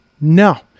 No